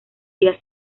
día